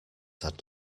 had